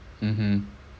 mmhmm